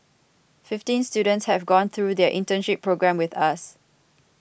fifteen students have gone through their internship programme with us